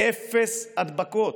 אפס הדבקות.